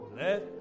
let